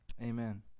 Amen